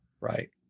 Right